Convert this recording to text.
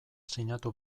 sinatu